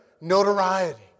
notoriety